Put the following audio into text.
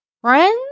friends